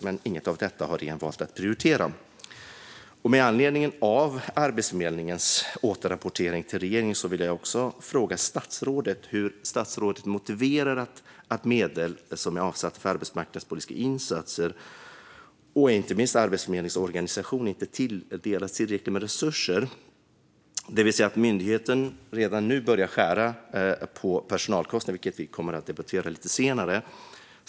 Men inget av detta har regeringen valt att prioritera. Med anledning av Arbetsförmedlingens återrapportering till regeringen vill jag fråga statsrådet hur han motiverar att medel som är avsatta för arbetsmarknadspolitiska insatser och inte minst för Arbetsförmedlingens organisation inte motsvaras av tillräckligt med resurser. Myndigheten börjar redan nu skära ned på personalkostnaderna, vilket vi kommer att debattera lite senare.